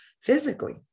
physically